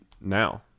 now